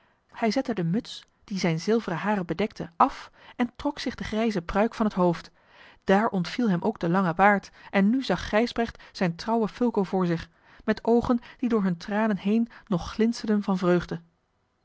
hij zette de muts die zijne zilveren haren bedekte af en trok zich de grijze pruik van het hoofd daar ontviel hem ook de lange baard en nu zag gijsbrecht zijn trouwen fulco voor zich met oogen die door hunne tranen heen nog glinsterden van vreugde